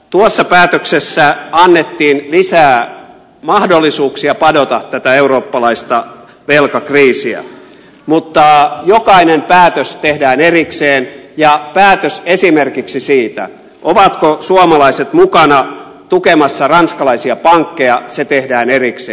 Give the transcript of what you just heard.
tuossa päätöksessä annettiin lisää mahdollisuuksia padota tätä eurooppalaista velkakriisiä mutta jokainen päätös tehdään erikseen ja päätös esimerkiksi siitä ovatko suomalaiset mukana tukemassa ranskalaisia pankkeja tehdään erikseen